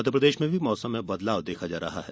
मध्य प्रदेष में भी मौसम में बदलाव देखा जा रहा है